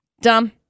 Dumb